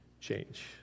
change